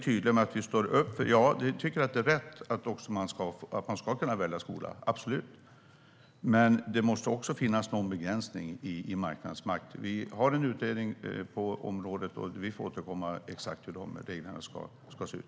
Vi tycker att det är rätt att man ska kunna välja skola - absolut. Men det måste också finnas någon begränsning i marknadens makt. Vi har en utredning på området. Vi får återkomma när det gäller exakt hur de reglerna ska se ut.